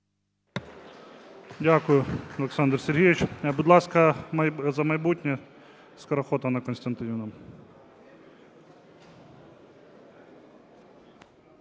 Дякую, Олександре Сергійовичу. Будь ласка, "За майбутнє", Скороход Анна Костянтинівна.